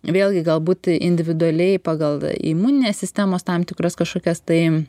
vėlgi galbūt individualiai pagal imuninės sistemos tam tikras kažkokias tai